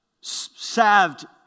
salved